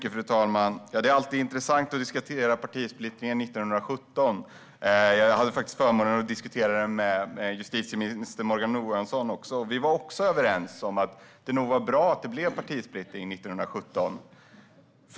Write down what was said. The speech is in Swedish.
Fru talman! Det är alltid intressant att diskutera partisplittringen 1917. Jag hade faktiskt förmånen att diskutera den med justitieminister Morgan Johansson, och vi var också överens om att det nog var bra att det blev partisplittring 1917.